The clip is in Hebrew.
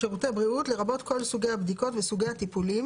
לרבות כל סוגי הבדיקות וסוגי הטיפולים